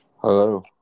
Hello